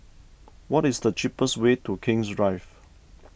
what is the cheapest way to King's Drive